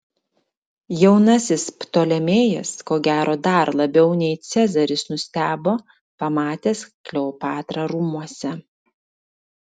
jaunasis ptolemėjas ko gero dar labiau nei cezaris nustebo pamatęs kleopatrą rūmuose